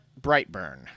Brightburn